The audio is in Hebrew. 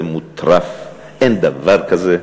זה מוטרף, אין דבר כזה.